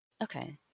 Okay